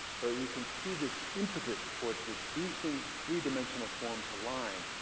so you can see this impetus toward reducing three-dimensional form to line.